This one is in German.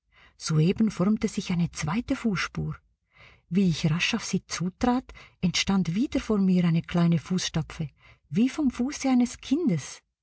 soeben formte sich eine zweite fußspur wie ich rasch auf sie zutrat entstand wieder vor mir eine kleine fußstapfe wie vom fuße eines kindes